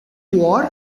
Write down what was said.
war